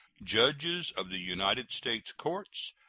judges of the united states courts,